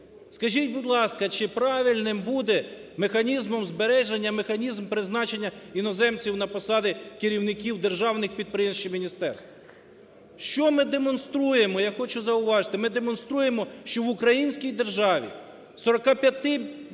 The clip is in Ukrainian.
Скажіть, будь ласка, чи правильним буде механізмом збереження механізм призначення іноземців на посади керівників державних підприємств чи міністерств? Що ми демонструємо? Я хочу зауважити, ми демонструємо, що в українській державі,